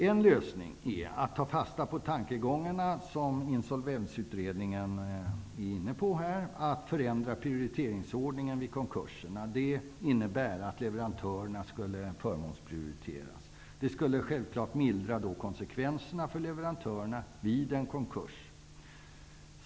En lösning är att ta fasta på de tankegångar som Insolvensutredningen är inne på, nämligen att förändra prioriteringsordningen vid konkurser. Det skulle innebära att leverantörerna förmånsprioriteras. Det skulle självfallet mildra konsekvenserna för leverantörerna vid en konkurs.